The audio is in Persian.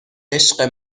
عشق